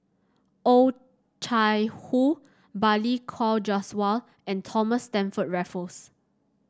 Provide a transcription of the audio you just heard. Oh Chai Hoo Balli Kaur Jaswal and Thomas Stamford Raffles